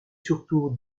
surtout